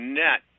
net